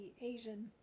Asian